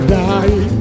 die